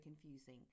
confusing